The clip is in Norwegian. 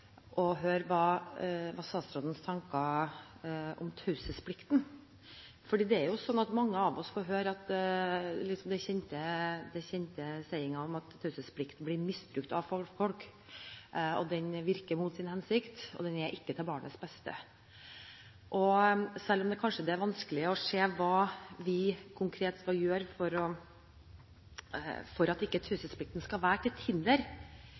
å høre statsrådens tanker om: taushetsplikten. Mange av oss får høre den kjente uttalelsen om at taushetsplikten blir misbrukt av folk, at den virker mot sin hensikt, og at den ikke er til barnets beste. Selv om det kanskje er vanskelig å se hva vi konkret skal gjøre for at ikke taushetsplikten skal være til hinder,